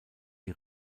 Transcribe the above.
die